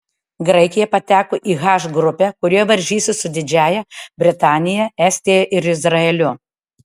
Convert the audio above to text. graikija pateko į h grupę kurioje varžysis su didžiąja britanija estija ir izraeliu